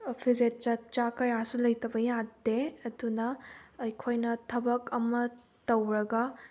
ꯐꯤꯖꯦꯠ ꯆꯥꯛꯆꯥ ꯀꯌꯥꯁꯨ ꯂꯩꯇꯕ ꯌꯥꯗꯦ ꯑꯗꯨꯅ ꯑꯩꯈꯣꯏꯅ ꯊꯕꯛ ꯑꯃ ꯇꯧꯔꯒ